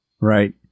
Right